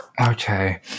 Okay